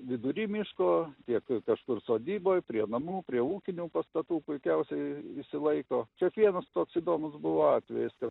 vidury miško tiek kažkur sodyboj prie namų prie ūkinių pastatų puikiausiai išsilaiko kiekvienas toks įdomus buvo atvejis kad